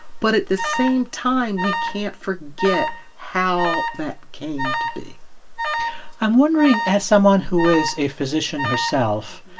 but at the same time, we can't forget how that came to be i'm wondering as someone who is a physician herself,